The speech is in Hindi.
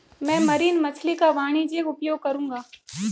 मैं मरीन मछली का वाणिज्यिक उपयोग करूंगा